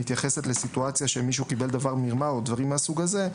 שמתייחסת לסיטואציה שמישהו קיבל דבר במרמה או דברים מהסוג הזה,